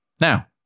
now